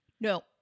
No